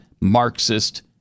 Marxist